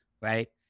right